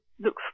look